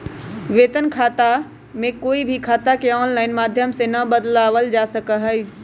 वेतन खाता में कोई भी खाता के आनलाइन माधम से ना बदलावल जा सका हई